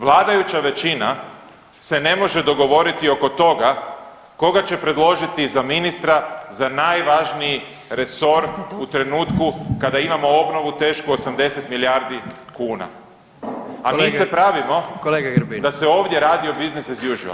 Vladajuća većina se ne može dogovoriti oko toga koga će predložiti za ministra za najvažniji resor u trenutku kada imamo obnovu tešku 80 milijardi kuna, a mi se pravimo da se ovdje radi o business as usual.